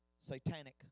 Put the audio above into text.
Satanic